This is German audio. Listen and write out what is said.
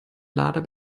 lader